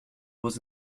was